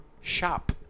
Shop